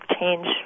change